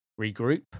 regroup